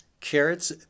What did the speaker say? carrots